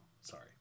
sorry